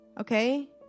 Okay